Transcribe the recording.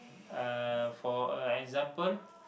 uh for a example